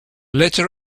letter